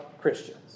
Christians